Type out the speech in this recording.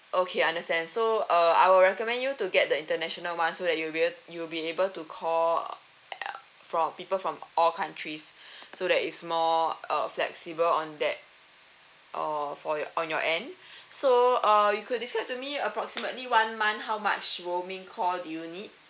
okay understand so uh I will recommend you to get the international [one] so that you'll be you'll be able to call uh from people from all countries so that it's more uh flexible on that or for your on your end so uh you could describe to me approximately one month how much roaming call do you need